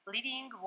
Living